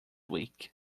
week